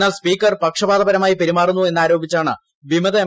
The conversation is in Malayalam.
എന്നാൽ സ്പീക്കർ പക്ഷപാതപരമായി പെരുമാറുന്നു എന്നാരോപിച്ചാണ് വിമത എം